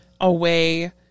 Away